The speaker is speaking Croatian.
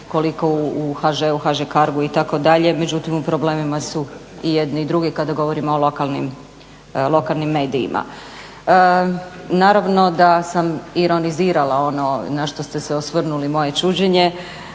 koliko u HŽ-u, HŽ-CARGO-u. Međutim u problemima su i jedni i drugi kada govorimo o lokalnim medijima. Naravno da sam ironizirala ono na što ste se osvrnuli moje čuđenje,